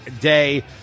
day